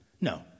No